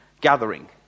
gathering